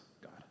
God